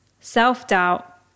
self-doubt